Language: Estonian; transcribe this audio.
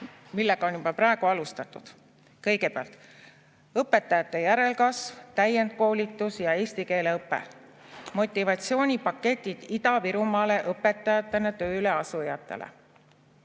millega on juba praegu alustatud. Kõigepealt, õpetajate järelkasv, täiendkoolitus ja eesti keele õpe, motivatsioonipaketid Ida-Virumaale õpetajana tööle asujatele,